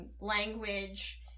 Language